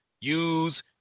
use